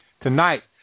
tonight